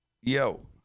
yo